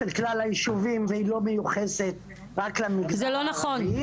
של כלל הישובים והיא לא מיוחסת רק למגזר הערבי.